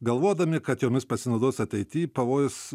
galvodami kad jomis pasinaudos ateitį pavojus